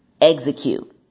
execute